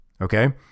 Okay